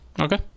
Okay